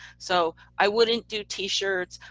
so i wouldn't do t-shirts.